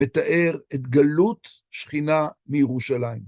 ותאר את גלות שכינה מירושלים.